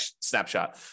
snapshot